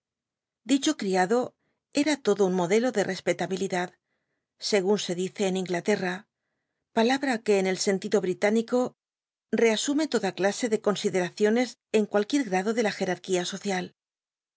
dicho criado ca lodo un modelo de l't jielabilidad segun se dice en lngla tel'l'a palalmt que en el sentido brit inieo casume toda clase de consideraciones en cualquier grado de la ger uquia social